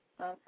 Okay